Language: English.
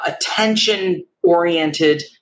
attention-oriented